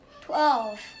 Twelve